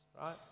right